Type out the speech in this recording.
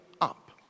up